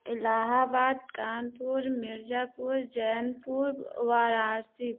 Allahabad Kanpur Mirzapur Jaunpur Varanasi